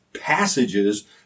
passages